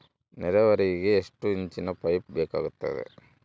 ನೇರಾವರಿಗೆ ಎಷ್ಟು ಇಂಚಿನ ಪೈಪ್ ಬೇಕಾಗುತ್ತದೆ?